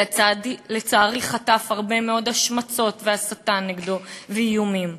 שלצערי חטף הרבה מאוד השמצות, הסתה נגדו ואיומים.